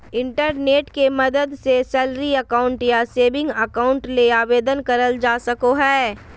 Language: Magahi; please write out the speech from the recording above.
इंटरनेट के मदद से सैलरी अकाउंट या सेविंग अकाउंट ले आवेदन करल जा सको हय